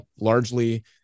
largely